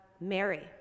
Mary